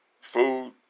food